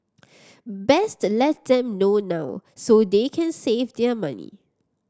best let them know now so they can save their money